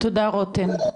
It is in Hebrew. תודה רותם.